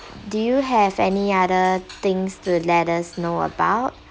do you have any other things to let us know about